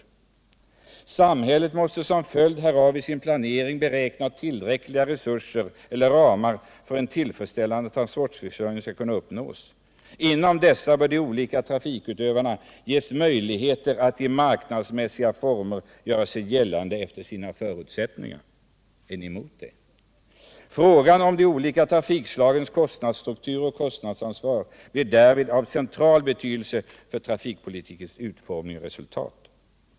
Vidare säger vi: ”Samhället måste som följd härav i sin planering beräkna tillräckliga resurser eller ramar för att en tillfredsställande transportförsörjning skall kunna uppnås. Inom dessa bör de olika trafikutövarna ges möjligheter att i marknadsmässiga former göra sig gällande efter sina förutsättningar.” Är ni emot det? Och vi fortsätter: ”Frågan om de olika trafikslagens kostnadsstruktur och kostnadsansvar blir därvid av central betydelse för trafikpolitikens utformning och resultat.